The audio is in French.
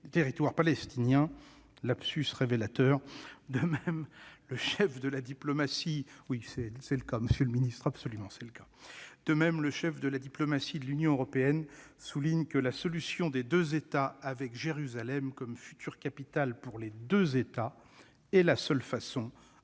», voulais-je dire. Lapsus révélateur ... De même, le chef de la diplomatie de l'Union européenne souligne que « la solution des deux États, avec Jérusalem comme future capitale pour les deux États, est la seule façon de